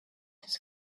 his